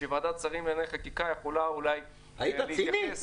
שוועדת השרים לענייני חקיקה יכולה אולי --- היית ציני?